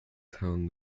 town